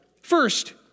First